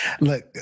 Look